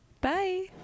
bye